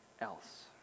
else